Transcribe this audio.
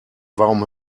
warum